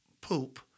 poop